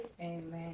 Amen